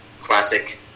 classic